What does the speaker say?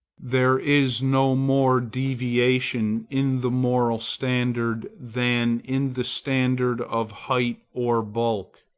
there is no more deviation in the moral standard than in the standard of height or bulk.